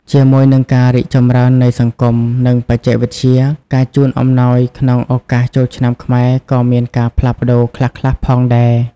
ជាមួយនឹងការរីកចម្រើននៃសង្គម និងបច្ចេកវិទ្យា ការជូនអំណោយក្នុងឱកាសចូលឆ្នាំខ្មែរក៏មានការផ្លាស់ប្តូរខ្លះៗផងដែរ។